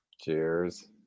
Cheers